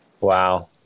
Wow